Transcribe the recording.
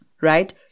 right